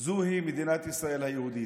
זוהי מדינת ישראל היהודית.